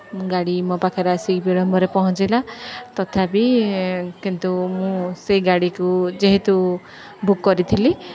ଗାଡ଼ି ମୋ ପାଖରେ ଆସିକି ବିଳମ୍ବରେ ପହଞ୍ଚିଲା ତଥାପି କିନ୍ତୁ ମୁଁ ସେହି ଗାଡ଼ିକୁ ଯେହେତୁ ବୁକ୍ କରିଥିଲି